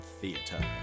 theater